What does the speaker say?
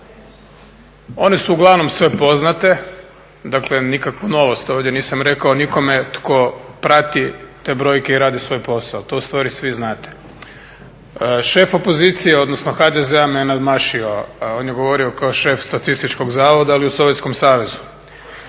One su uglavnom sve poznate, dakle nikakvu novost ovdje nisam rekao nikome tko prati te brojke i radi svoj posao. To u stvari svi znate. Šef opozicije, odnosno HDZ-a me nadmašio. On je govorio kao šef Statističkog zavoda ali u Sovjetskom savezu.